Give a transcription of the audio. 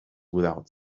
without